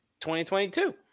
2022